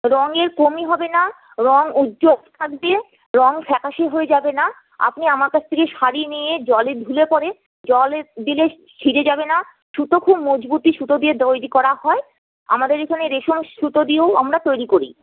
রঙের কমতি হবে না রঙ উজ্জ্বল থাকবে রঙ ফ্যাকাসে হয়ে যাবে না আপনি আমার কাছ থেকে শাড়ি নিয়ে জলে ধুলে পরে জলে দিলে ছিঁড়ে যাবে না সুতো খুব মজবুতি সুতো দিয়ে তৈরি করা হয় আমাদের এখানে রেশম সুতো দিয়েও আমরা তৈরি করি